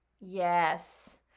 Yes